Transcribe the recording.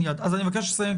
אנחנו נעביר.